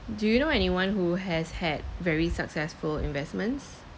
do you know anyone who has had very successful investments